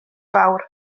fawr